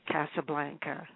Casablanca